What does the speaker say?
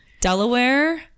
Delaware